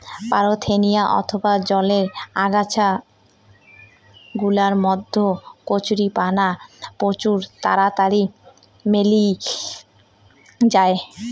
parthenium অথবা জলের আগাছা গুলার মধ্যে কচুরিপানা প্রচুর তাড়াতাড়ি মেলি জায়